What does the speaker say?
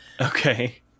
okay